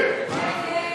מאיר כהן, יעקב פרי,